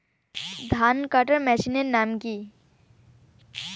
ধান কাটার মেশিনের নাম কি?